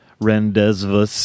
rendezvous